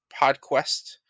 PodQuest